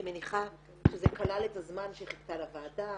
אני מניחה שזה כלל את הזמן שהיא חיכתה לוועדה